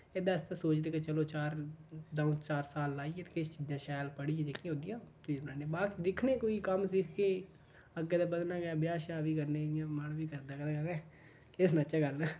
एह्दे आस्तै सोचदे कि चलो चार द'ऊं चार साल लाइयै ते किश शैल पढ़ियै जेह्कियां ओह्दियां फ्ही बनाने आं बाद च दिक्खने आं कोई कम्म सिखगे अग्गै ते बधना गै ऐ ब्याह् श्याह् बी करने इ'यां मन बी करदा ऐ कदें कदें केह् सनाचै गल्ल